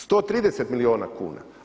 130 milijuna kuna.